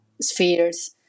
spheres